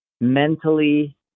mentally